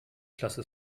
klasse